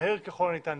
מהר ככל הניתן,